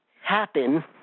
happen